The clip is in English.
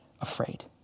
afraid